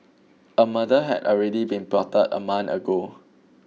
a murder had already been plotted a month ago